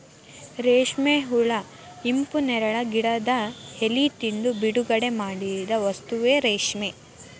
ರೇಶ್ಮೆ ಹುಳಾ ಹಿಪ್ಪುನೇರಳೆ ಗಿಡದ ಎಲಿ ತಿಂದು ಬಿಡುಗಡಿಮಾಡಿದ ವಸ್ತುವೇ ರೇಶ್ಮೆ